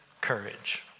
courage